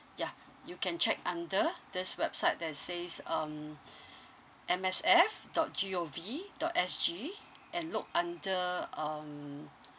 yeah you can check under this website that says um M S F dot G O V dot S G and look under um